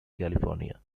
california